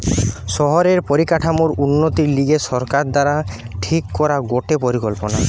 শহরের পরিকাঠামোর উন্নতির লিগে সরকার দ্বারা ঠিক করা গটে পরিকল্পনা